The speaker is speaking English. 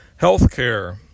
Healthcare